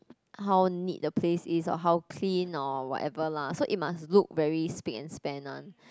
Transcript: how neat the place is or how clean or whatever lah so it must look very spick and span one